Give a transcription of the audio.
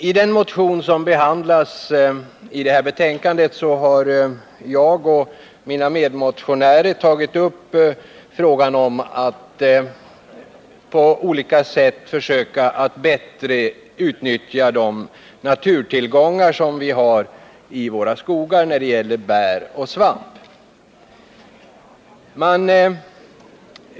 I den motion som behandlas i jordbruksutskottets betänkande nr 11 har jag och mina medmotionärer tagit upp frågan hur man på olika sätt kan försöka att bättre utnyttja de naturtillgångar i form av bär och svamp som vi har i våra skogar.